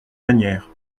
manière